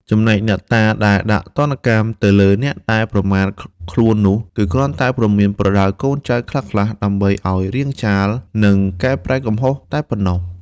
ចំណែកអ្នកតាដែលដាក់ទណ្ឌកម្មទៅលើអ្នកដែលប្រមាថខ្លួននោះ គឺគ្រាន់តែព្រមានប្រដៅកូនចៅខ្លះៗ ដើម្បីឱ្យរាងចាល និង កែប្រែកំហុសតែប៉ុណ្ណោះ។